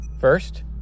First